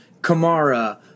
Kamara